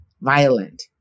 violent